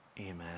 amen